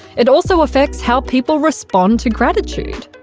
it also affects how people respond to gratitude.